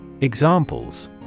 Examples